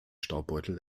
staubbeutel